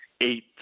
eight